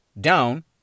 down